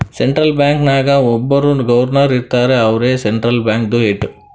central bank ನಾಗ್ ಒಬ್ಬುರ್ governor ಇರ್ತಾರ ಅವ್ರೇ ಸೆಂಟ್ರಲ್ ಬ್ಯಾಂಕ್ದು ಹೆಡ್